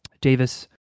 Davis